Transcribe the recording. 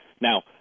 Now